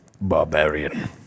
Barbarian